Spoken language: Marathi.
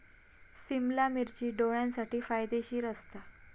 सिमला मिर्ची डोळ्यांसाठी फायदेशीर असता